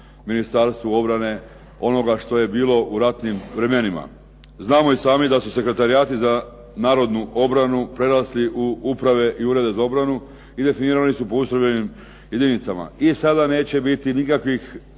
Ministarstvu obrane, onoga što je bilo u ratnim vremenima. Znamo i sami da su sekretarijati za narodnu obranu prerasli u uprave i urede za obranu i definirani su po …/Govornik se ne razumije./… jedinicama. I sada neće biti nikakvih